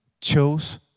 chose